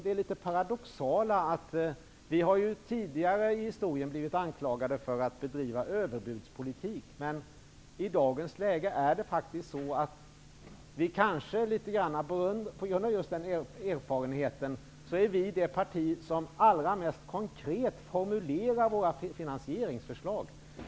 Det litet paradoxala är att vårt parti, som tidigare i historien har blivit anklagat för att bedriva en överbudspolitik, i dagens läge faktiskt, kanske litet grand på grund av den erfarenheten, är det parti som allra mest konkret formulerar sina finansieringsförslag.